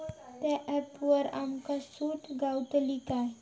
त्या ऍपवर आमका सूट गावतली काय?